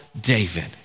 David